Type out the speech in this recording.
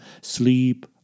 sleep